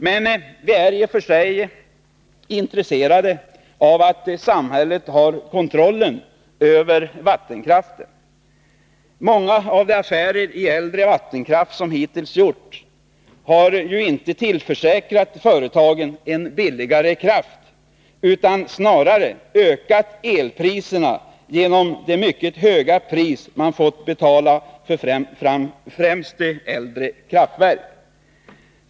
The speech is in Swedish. Men vi är i och för sig intresserade av att samhället har kontrollen över vattenkraften. Många av de affärer i äldre vattenkraft som hittills gjorts har ju inte tillförsäkrat företagen en billigare kraft utan snarare ökat elpriserna genom det mycket höga pris man fått betala för främst äldre kraftverk.